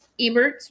Eberts